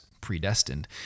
predestined